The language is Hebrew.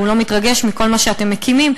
והוא לא מתרגש מכל מה שאתם מקימים,